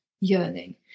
yearning